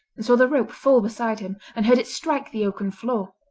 and saw the rope fall beside him, and heard it strike the oaken floor.